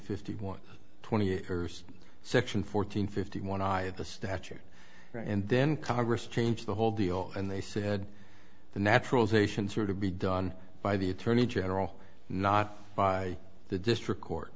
fifty one twenty years section fourteen fifty one eye of the statute and then congress changed the whole deal and they said the naturalization sort of be done by the attorney general not by the district court